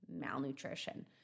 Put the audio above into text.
malnutrition